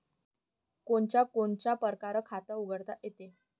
कोनच्या कोनच्या परकारं खात उघडता येते?